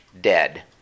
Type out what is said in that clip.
dead